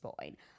point